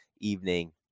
evening